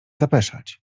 zapeszać